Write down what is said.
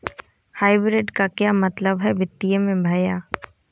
Hybrid का क्या मतलब है वित्तीय में भैया?